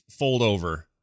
foldover